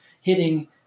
hitting